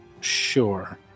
Sure